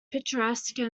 picturesque